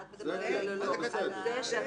אני מזכירה לך גם את זה.